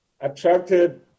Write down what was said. attracted